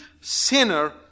sinner